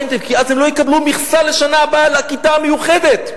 כי אז הם לא יקבלו מכסה לשנה הבאה לכיתה המיוחדת.